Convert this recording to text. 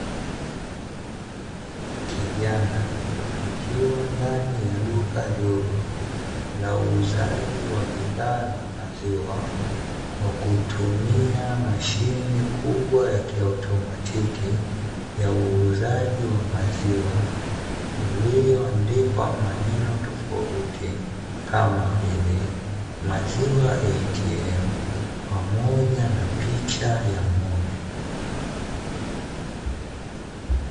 Kijana akiwa ndani ya duka dogo la uuzaji wa bidhaa za maziwa kwa kutumia mashine kubwa ya automatiki ya uuzaji wa maziwa, iliyoandikwa maneno tofauti kama vile "maziwa ATM" pamoja na picha ya ng'ombe.